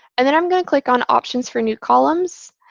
and then i'm going to click on options for new columns.